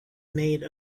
made